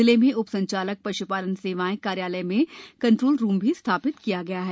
जिले में उपसंचालक पश्पालन सेवाएं कार्यालय में कन्ट्रोल रूम भी स्थापित किया गया है